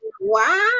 Wow